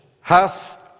hath